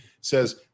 says